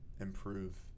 improve